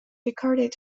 recorded